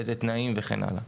באלו תנאים וכן הלאה.